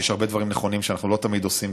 יש הרבה דברים נכונים שאנחנו לא תמיד עושים,